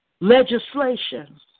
legislation